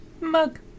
Mug